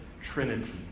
Trinity